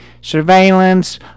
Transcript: surveillance